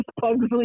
Pugsley